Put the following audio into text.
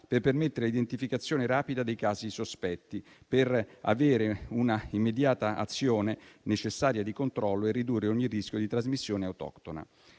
per permettere l'identificazione rapida dei casi sospetti, per avere un'immediata e necessaria azione di controllo e per ridurre ogni rischio di trasmissione autoctona.